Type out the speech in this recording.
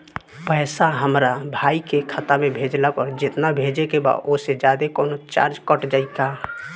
पैसा हमरा भाई के खाता मे भेजला पर जेतना भेजे के बा औसे जादे कौनोचार्ज कट जाई का?